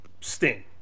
sting